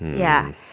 yeah.